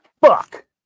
fuck